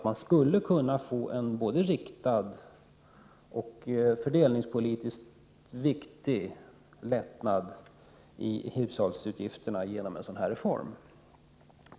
Man skulle alltså kunna få till stånd en både riktad och fördelningspolitiskt viktig lättnad i hushållsutgifterna genom en sådan reform.